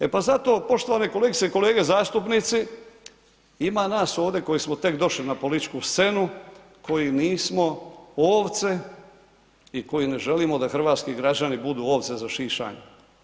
E pa zato poštovane kolegice i kolege zastupnici ima nas ovdje koji smo tek došli na političku scenu, koji nismo ovce i koji ne želimo da hrvatski građani budu ovce za šišanje.